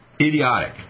idiotic